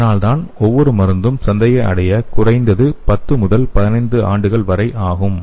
அதனால்தான் ஒவ்வொரு மருந்தும் சந்தையை அடைய குறைந்தது 10 முதல் 15 ஆண்டுகள் வரை ஆகும்